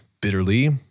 bitterly